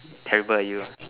terrible you